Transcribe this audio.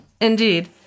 Indeed